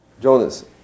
Jonas